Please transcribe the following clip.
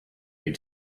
need